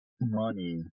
money